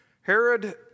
Herod